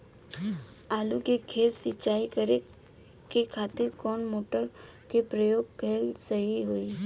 आलू के खेत सिंचाई करे के खातिर कौन मोटर के प्रयोग कएल सही होई?